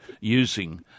using